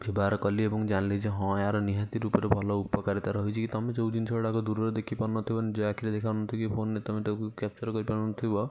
ବ୍ୟବହାର କଲି ଏବଂ ଜାଣିଲି ଯେ ହଁ ଏହାର ନିହାତି ରୂପରେ ଭଲ ଉପକାରିତା ରହିଛି କି ତମେ ଯେଉଁ ଜିନିଷଗୁଡ଼ାକ ଦୂରରୁ ଦେଖିପାରୁନଥିବ କି ନିଜ ଆଖିରେ ଦେଖାଯାଉନଥିବ କି ଫୋନ୍ରେ ତମେ ତାକୁ କ୍ୟାପ୍ଚର୍ କରି ପାରୁନଥିବ